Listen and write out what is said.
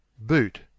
Boot